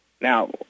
Now